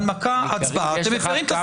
זה פשוט נעביר את כל התחושות הרעות האלה לצד השני.